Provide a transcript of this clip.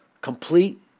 Complete